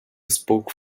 spoke